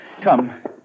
Come